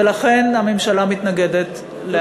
ולכן הממשלה מתנגדת להצעת החוק.